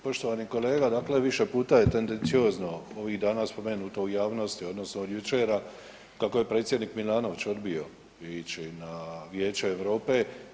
Poštovani kolega, dakle više puta je tendenciozno ovih dana spomenuto u javnosti odnosno od jučer kako je predsjednik Milanović odbio ići na Vijeće Europe.